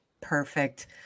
Perfect